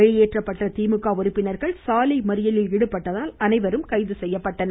வெளியேற்றப்பட்ட திமுக உறுப்பினர்கள் சாலை மறியலில் ஈடுபட்டதால் அனைவரும் கைது செய்யப்பட்டனர்